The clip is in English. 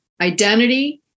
Identity